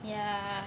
ya